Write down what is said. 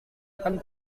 akan